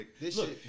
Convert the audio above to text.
Look